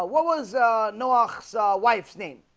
ah was know ox ah wife's name